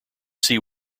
see